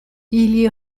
ili